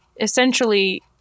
essentially